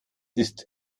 ist